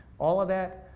all of that,